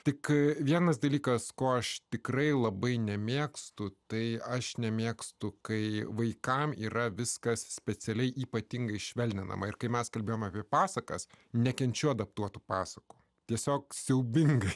tik vienas dalykas ko aš tikrai labai nemėgstu tai aš nemėgstu kai vaikams yra viskas specialiai ypatingai švelninama ir kai mes kalbame apie pasakas nekenčiu adaptuotų pasakų tiesiog siaubingai